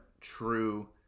true